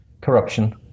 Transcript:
Corruption